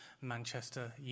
Manchester